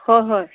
হয় হয়